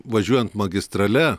važiuojant magistrale